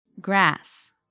Grass